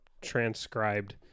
transcribed